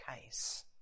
case